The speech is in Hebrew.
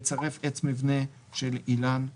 מהם גם האמור בפרט 2 (לצרף עץ מבנה של "אילן היוחסין").